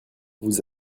vous